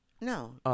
No